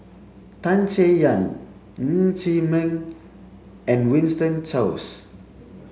Tan Chay Yan Ng Chee Meng and Winston Choos